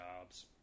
jobs